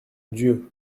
dieu